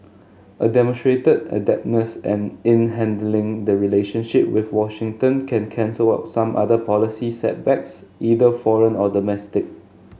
a demonstrated adeptness and in handling the relationship with Washington can cancel out some other policy setbacks either foreign or domestic